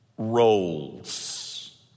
Roles